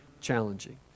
challenging